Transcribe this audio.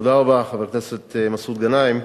תודה רבה, חבר הכנסת מסעוד גנאים.